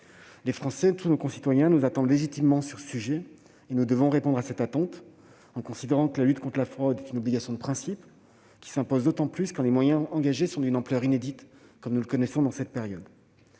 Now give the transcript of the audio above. Les Français nous attendent, légitimement, sur ce sujet. Nous devons répondre à cette attente en considérant que la lutte contre la fraude est une obligation de principe qui s'impose d'autant plus quand les moyens engagés sont d'une ampleur inédite, comme c'est le cas durant cette période.